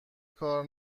کار